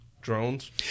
drones